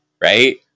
right